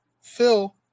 Phil